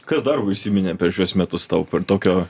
kas dar įsiminė per šiuos metus tau per tokio